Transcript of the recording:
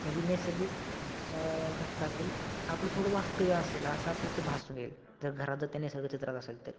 म्हणजे नैसर्गिक घटकातील आपलं थोडं वास्तव्य असेल असं आपलं ते भासून येईल जर घरात जर ते निसर्गचित्रात असेल तर